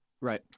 right